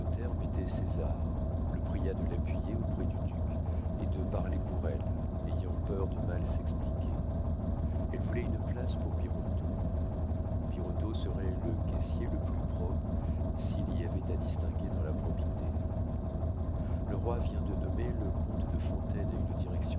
mettait césar le pria de l'appuyer auprès du duc et de parler pour elle ayant peur de mal s'expliquer elle voulait une place pour birotteau birotteau serait le caissier le plus probe s'il y avait à distinguer dans la probité le roi vient de nommer le comte de fontaine à une